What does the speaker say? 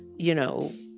you know,